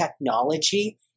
technology